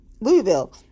Louisville